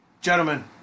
Gentlemen